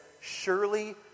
Surely